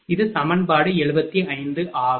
இது சமன்பாடு 75 ஆகும்